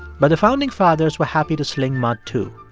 but the founding fathers were happy to sling mud, too.